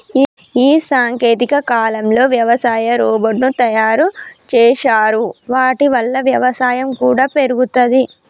ఈ సాంకేతిక కాలంలో వ్యవసాయ రోబోట్ ను తయారు చేశారు వాటి వల్ల వ్యవసాయం కూడా పెరుగుతది